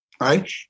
right